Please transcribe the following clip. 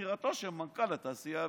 לבחירתו של מנכ"ל התעשייה האווירית.